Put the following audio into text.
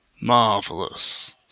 Marvelous